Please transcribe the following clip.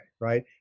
Right